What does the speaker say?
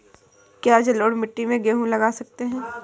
क्या जलोढ़ मिट्टी में गेहूँ लगा सकते हैं?